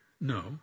No